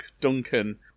Duncan